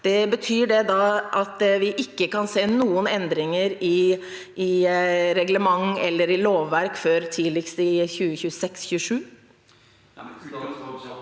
det da at vi ikke kan se noen endringer i reglement eller lovverk før tidligst i 2026–2027?